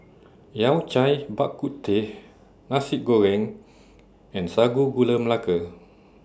Yao Cai Bak Kut Teh Nasi Goreng and Sago Gula Melaka